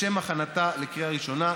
לשם הכנתה לקריאה ראשונה.